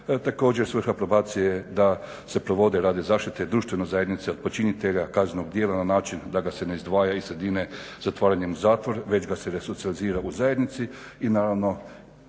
Također svrha probacije je da se provode radi zaštite društvene zajednice od počinitelja kaznenog djela na način da ga se ne izdvaja iz sredine zatvaranjem u zatvor već ga se resocijalizira u zajednici. I naravno, i